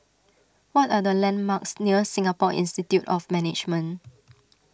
what are the landmarks near Singapore Institute of Management